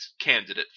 candidate